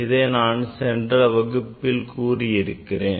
இதை நான் சென்ற வகுப்பில் கூறியிருக்கிறேன்